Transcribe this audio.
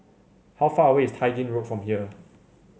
how far away is Tai Gin Road from here